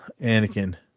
Anakin